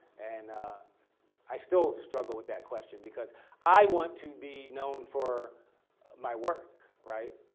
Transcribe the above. and ah i still struggle with that question because i want to be known for my work, right?